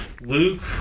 Luke